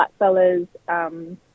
blackfellas